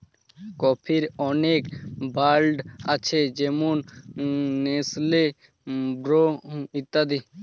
কফির অনেক ব্র্যান্ড আছে যেমন নেসলে, ব্রু ইত্যাদি